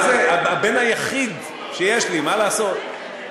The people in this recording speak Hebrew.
הבן היחיד שיש לי, מה לעשות.